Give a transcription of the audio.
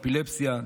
אפילפסיה,